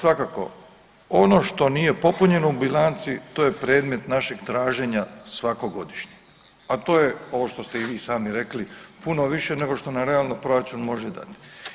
Ovaj, svakako, ono što nije popunjeno u bilanci, to je predmet našeg traženja svakogodišnjeg, a to je ovo što ste i vi sami rekli, puno više nego što na realno proračun može dati.